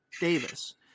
Davis